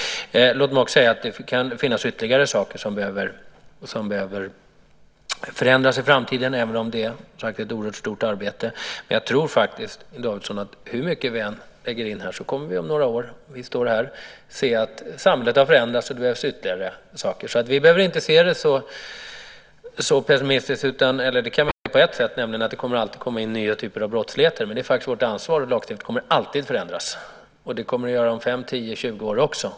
Låt mig också säga att kan finnas ytterligare saker som behöver förändras i framtiden, även om det som sagt är ett oerhört stort arbete. Jag tror dock, Inger Davidson, att hur mycket vi än lägger in kommer vi att stå här om några år och se att samhället har förändras och att det behövs ytterligare saker. Vi behöver alltså inte se det så pessimistiskt, även om det på ett sätt förstås är pessimistiskt att säga att det alltid kommer att komma in nya typer av brottslighet. Lagstiftningen kommer alltid att förändras. Det kommer den att göra om 5, 10 och 20 år också.